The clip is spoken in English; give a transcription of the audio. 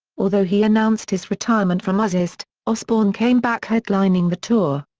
although he announced his retirement from ozzfest, osbourne came back headlining the tour.